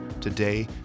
today